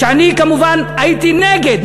אני כמובן הייתי נגד,